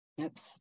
Oops